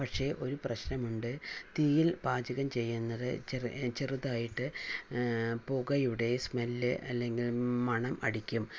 പക്ഷെ ഒരു പ്രശ്നം ഉണ്ട് തീയിൽ പാചകം ചെയ്യുന്നത് ചെറു ചെറുതായിട്ട് പുകയുടെ സ്മെൽ അല്ലെങ്കിൽ മണം അടിക്കും